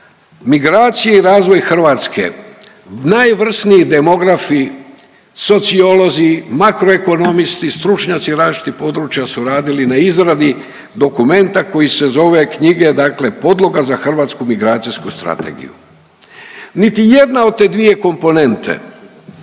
„Migracije i razvoj Hrvatske“. Najvrsniji demografi, sociolozi, makroekonomisti, stručnjaci iz različitih područja su radili na izradi dokumenta koji se zove, knjige dakle „Podloga za hrvatsku migracijsku strategiju“ Niti jedna od te dvije komponente